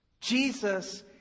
Jesus